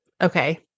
Okay